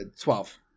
twelve